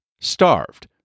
Starved